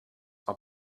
are